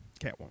Catwoman